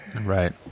Right